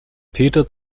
peter